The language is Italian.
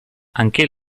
anche